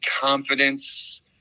confidence